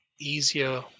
easier